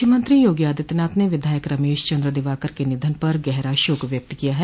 मुख्यमंत्री योगी आदित्यनाथ ने विधायक रमेश चन्द्र दिवाकर के निधन पर गहरा शोक व्यक्त किया है